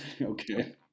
Okay